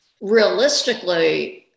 realistically